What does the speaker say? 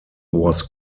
was